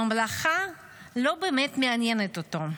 הממלכה לא באמת מעניינת אותו,